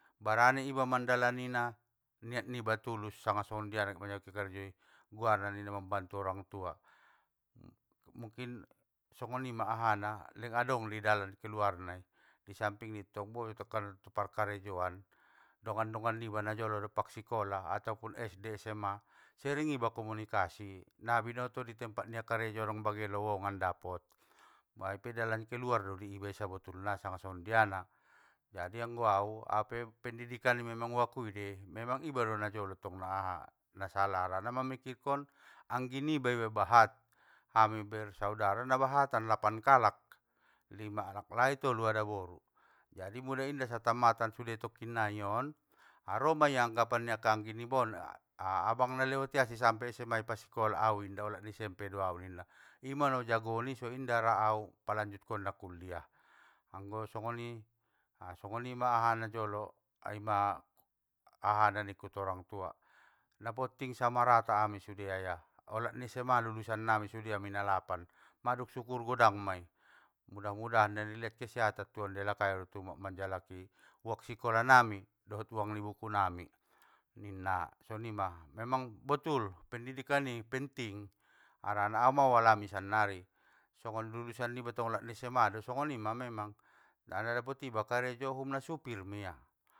Barani iba mandalanina, niat niba tulus sanga songondiana get manjalaki karejoi, guarna ninna naget mambantu orang tua. Mukkin songonima ahana, leng adong de dalan keluarna i, isampingittong boi takkana parkarejoan, dongan dongan niba najolo dompak sikola, ataupun SD SMA sering iba komunikasi, nabinoto i teppat nia karejo adong bagen lowongan dapot, mai ipe dalan kaluardo di iba sabetulna sanga songondiana. Jadi anggo au, aupe pendidikan i memang ua kui dei, memang iba najolo dottong na aha na sala harana mamikirkon anggi niba iba bahat, ami bersaudara nabahatan lapan kalak, lima alaklai, tolu adaboru, jadi mula inda sa tammatan sude tokkinnai on, a ro mei anggapan ni akka anggi nibaon, a abang nalewati asa sampe SMA i pasikola au, inda olat ni SMP doau ninna, ima naujago on ni so inda ra au palanjut konna kuliah. Anggo songoni, songonima ahana na jolo aima ahana nikku tu orang tua, napotting sama rata sude ami ayah, olat ni SMA lulusan nami sude ami na lapan, madung sukur godang mai, mudah mudahan nanileng kesehatan tu ayah dot umak manjalaki uang sikola nami, dohot uang nibuku nami ninna, sonima memang betul! Pendidikani penting!, harana au mang ualami sannari, songon lulusan niba tong olat ni SMA do, songonima memang, sana dapot iba karejo um na supir maia.